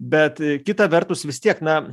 bet kita vertus vis tiek na